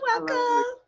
welcome